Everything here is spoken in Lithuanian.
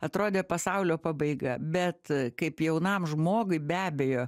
atrodė pasaulio pabaiga bet kaip jaunam žmogui be abejo